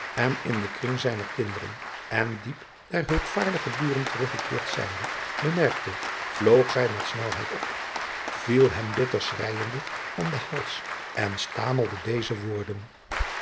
en in den kring zijner kinderen en dien der hulpvaardige buren teruggekeerd zijnde bemerkte vloog zij met snelheid op viel hem bitter schreijende om den adriaan loosjes pzn het leven van hillegonda buisman hals en stamelde deze woorden